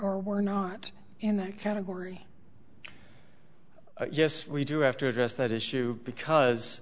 or were not in that category yes we do have to address that issue because